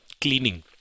cleaning